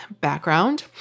background